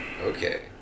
Okay